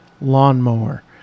lawnmower